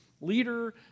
leader